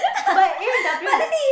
but A-and-W is